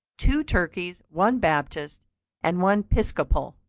two turkeys, one baptist and one piscopal.